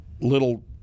little